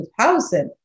2000